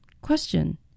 Question